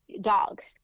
dogs